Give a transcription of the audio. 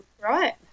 right